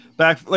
back